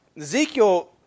Ezekiel